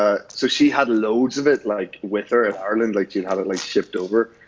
ah so she had loads of it like with her in ireland. like, she'd had it like shipped over.